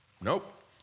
Nope